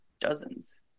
dozens